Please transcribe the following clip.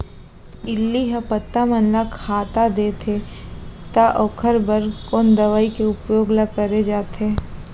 इल्ली ह पत्ता मन ला खाता देथे त ओखर बर कोन दवई के उपयोग ल करे जाथे?